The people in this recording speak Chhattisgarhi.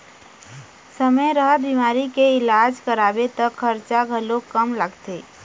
समे रहत बिमारी के इलाज कराबे त खरचा घलोक कम लागथे